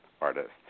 artists